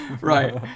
right